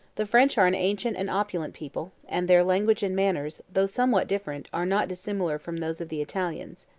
the french are an ancient and opulent people and their language and manners, though somewhat different, are not dissimilar from those of the italians.